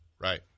Right